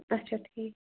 اچھا ٹھیٖک